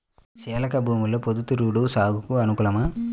చెలక భూమిలో పొద్దు తిరుగుడు సాగుకు అనుకూలమా?